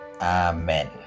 Amen